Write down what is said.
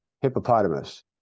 hippopotamus